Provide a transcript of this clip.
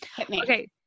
Okay